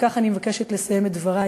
וכך אני מבקשת לסיים את דברי,